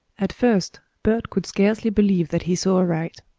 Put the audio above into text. at first bert could scarcely believe that he saw aright.